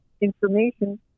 information